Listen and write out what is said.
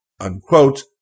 unquote